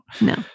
No